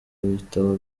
ibitabo